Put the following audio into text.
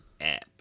app